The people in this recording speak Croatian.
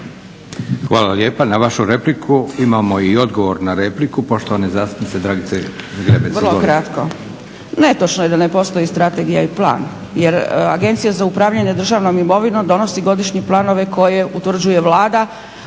Hvala lijepa. Na vašu repliku imamo i odgovor na repliku poštovane zastupnice Dragice Zgrebec.